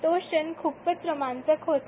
तो क्षण ख्पच रोमांचक होता